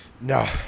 No